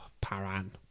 Paran